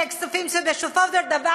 אלה כספים שבסופו של דבר,